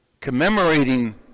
commemorating